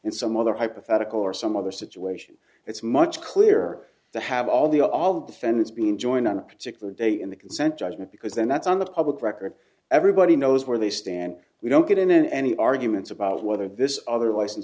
in some other hypothetical or some other situation it's much clearer to have all the all the defendants being joined on a particular day in the consent judgment because then that's on the public record everybody knows where they stand we don't get in any arguments about whether this other license